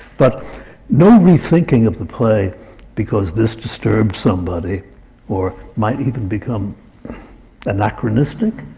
but no re-thinking of the play because this disturbed somebody or might even become anachronistic.